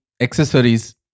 accessories